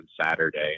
Saturday